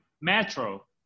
Metro